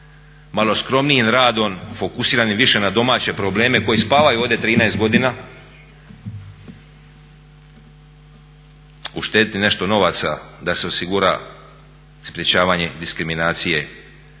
malo skromnijim radom fokusiranim više na domaće probleme koji spavaju ovdje 13. godina uštediti nešto novaca da se osigura sprječavanje diskriminacije